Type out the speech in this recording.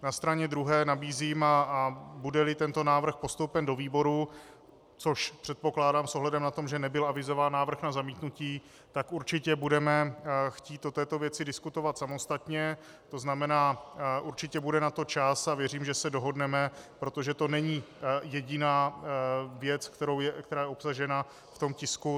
Na straně druhé nabízím, a budeli tento návrh postoupen do výboru, což předpokládám s ohledem na to, že nebyl avizován návrh na zamítnutí, tak určitě budeme chtít o této věci diskutovat samostatně, to znamená určitě bude na to čas a věřím, že se dohodneme, protože to není jediná věc, která je obsažena v tomto tisku.